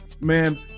man